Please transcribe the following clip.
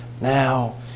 now